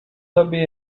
tobie